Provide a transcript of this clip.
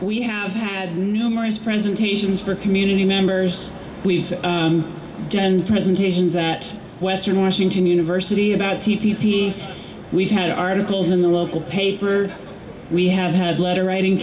we have had numerous presentations for community members we tend presentations at western washington university about t v we had articles in the local paper we have had letter writing